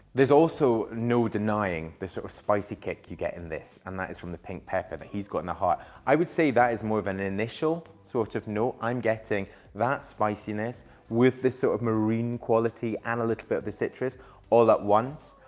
there's also no denying the sort of spicy kick you get in this. and that is from the pink pepper that he's got in the heart. i would say that is more of an initial sort of no, i'm getting that spiciness with this sort so of marine quality and a little bit of the citrus all at once.